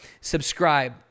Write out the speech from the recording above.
subscribe